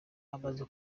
amaze